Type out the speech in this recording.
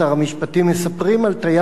מספרים על טייס מסוק אחד,